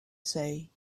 say